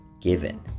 given